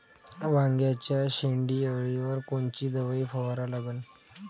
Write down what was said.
वांग्याच्या शेंडी अळीवर कोनची दवाई फवारा लागन?